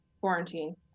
quarantine